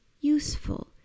useful